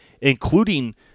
including